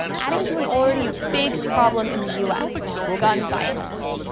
adding to an already big problem in the us. gun violence.